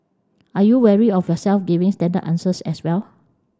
are you wary of yourself giving standard answers as well